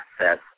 access